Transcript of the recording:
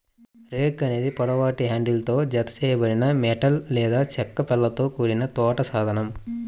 rake అనేది పొడవాటి హ్యాండిల్తో జతచేయబడిన మెటల్ లేదా చెక్క పళ్ళతో కూడిన తోట సాధనం